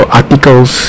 articles